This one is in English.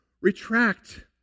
retract